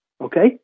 okay